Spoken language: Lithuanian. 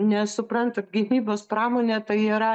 nes suprantat gynybos pramonė tai yra